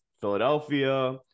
Philadelphia